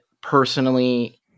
personally